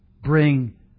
Bring